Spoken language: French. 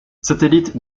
satellite